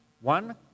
one